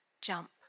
jump